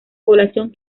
población